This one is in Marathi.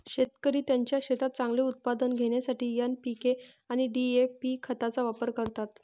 शेतकरी त्यांच्या शेतात चांगले उत्पादन घेण्यासाठी एन.पी.के आणि डी.ए.पी खतांचा वापर करतात